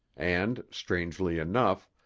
and, strangely enough,